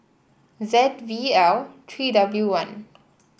Z V L three W one